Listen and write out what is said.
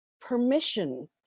permission